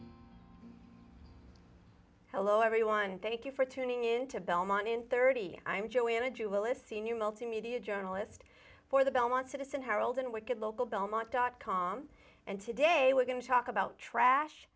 hello everyone thank you for tuning in to belmont in thirty i'm joanna jewell a senior multimedia journalist for the belmont citizen herald in wicked local belmont dot com and today we're going to talk about trash